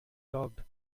talked